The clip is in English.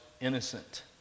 innocent